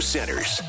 Centers